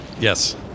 Yes